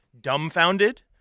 dumbfounded